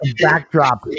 backdrop